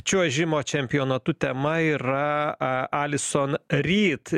čiuožimo čempionatų tema yra a alison ryt